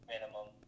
Minimum